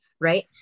Right